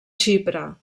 xipre